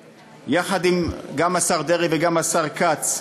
יחד, גם השר דרעי וגם השר כץ,